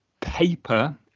paper